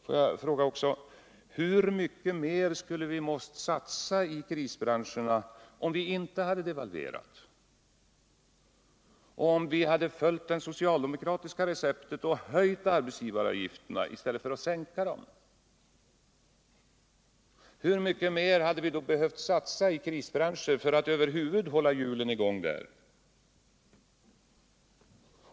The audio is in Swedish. Får jag också fråga: Hur mycket mer skulle vi ha tvingats satsa i krisbranscherna om vi inte hade devalverat, om vi hade följt det socialdemokratiska receptet och höjt arbetsgivaravgifterna i stället för att sänka dem? Hur mycket mer hade vi då behövt satsa i krisbranscher för att över huvud taget hålla hjulen i gång där?